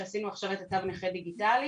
שעשינו עכשיו את התו נכה דיגיטלי.